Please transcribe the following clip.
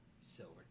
Silver